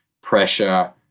pressure